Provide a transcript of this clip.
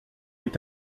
est